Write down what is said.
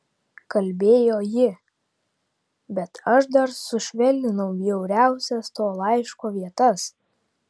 kalbėjo ji bet aš dar sušvelninau bjauriausias to laiško vietas